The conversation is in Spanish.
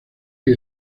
que